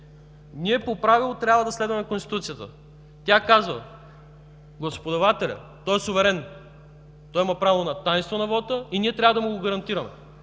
Ние по правило трябва да следваме Конституцията. Тя казва: гласоподавателят е суверен, има право на тайнство на вота и ние трябва да му го гарантираме.